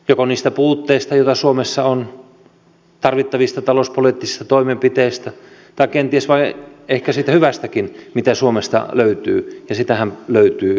joko niistä puutteista joita suomessa on tarvittavista talouspoliittisista toimenpiteistä tai kenties vain siitä hyvästäkin mitä suomesta löytyy ja sitähän löytyy varsin paljon